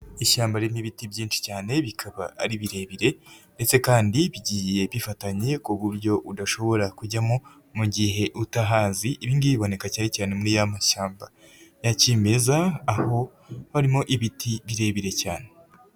Ishyamba ririmo ibiti byinshi cyane bikaba ari birebire kandi bigiye bifatanye ku buryo udashobora kujyamo mu gihe utahazi, ibi ngibi biboneka cyane cyane muri ya mashyamba yakimeza aho harimo ibiti birebire cyane.